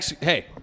Hey